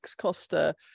Costa